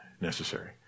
necessary